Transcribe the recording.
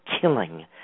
killing